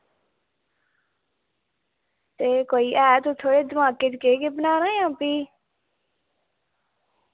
ते ऐ कोई थुआढ़े दमाकै च केह् केह् बनाना जां फ्ही